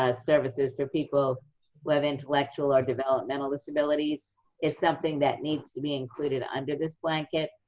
ah services for people who have intellectual or developmental disabilities is something that needs to be included under this blanket,